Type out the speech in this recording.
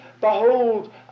behold